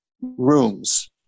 rooms